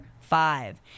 five